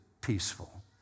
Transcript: peaceful